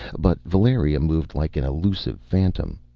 but valeria moved like an illusive phantom,